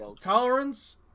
tolerance